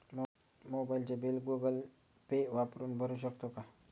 मोबाइलचे bill Google Pay वापरून भरू शकतो का?